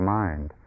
mind